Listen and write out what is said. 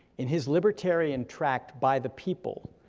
in his libertarian tract by the people,